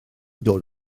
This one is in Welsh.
dod